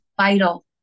vital